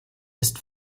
ist